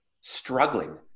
struggling